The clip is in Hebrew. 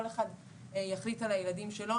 כל אחד יחליט על הילדים שלו.